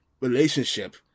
relationship